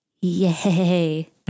Yay